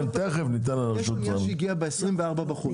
יש אוניה שהגיעה ב-24 בחודש.